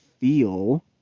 feel